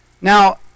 Now